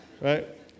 Right